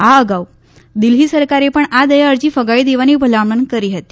આ અગાઉ દિલ્હી સરકારે પણ આ દયા અરજી ફગાવી દેવાની ભલામણ કરી હતી